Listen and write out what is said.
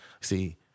see